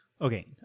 Okay